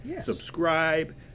subscribe